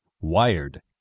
wired